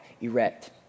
erect